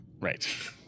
Right